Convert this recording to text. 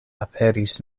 aperis